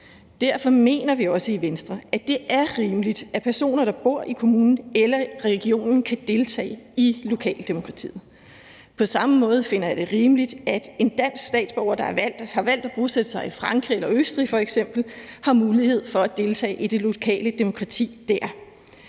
Derfor mener vi også i Venstre, at det er rimeligt, at personer, der bor i kommunen eller regionen, kan deltage i lokaldemokratiet. På samme måde finder jeg det rimeligt, at en dansk statsborger, der har valgt at bosætte sig i f.eks. Frankrig eller Østrig, har mulighed for at deltage i det lokale demokrati der.